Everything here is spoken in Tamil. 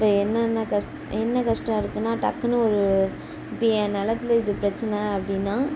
இப்போ என்னென்ன கஷ்டம் என்ன கஷ்டம் இருக்குனா டக்குன்னு ஒரு இப்போ என் நிலத்துல இது பிரச்சனை அப்படினா